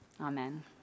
amen